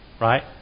Right